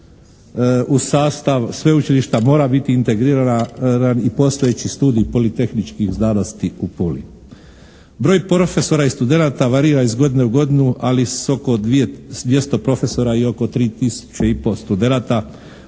u sastav sveučilišta mora biti integriran i postojeći studij politehničkih znanosti u Puli. Broj profesora i studenata varira iz godine u godinu ali s oko 200 profesora i oko 3 tisuće